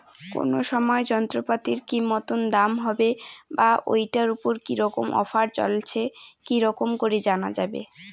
কোন সময় যন্ত্রপাতির কি মতন দাম হবে বা ঐটার উপর কি রকম অফার চলছে কি রকম করি জানা যাবে?